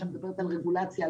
על רגולציה,